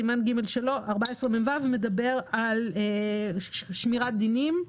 סעיף 14מו מדבר על שמירת דינים.